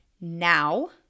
now